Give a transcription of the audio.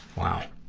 wow.